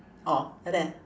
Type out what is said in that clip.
orh like that ah